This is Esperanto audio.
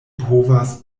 povas